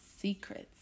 secrets